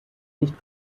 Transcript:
nicht